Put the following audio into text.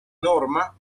norma